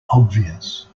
obvious